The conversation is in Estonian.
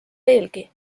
veelgi